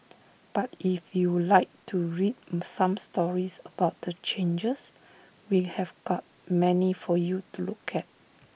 but if you like to read some stories about the changes we have got many for you to look at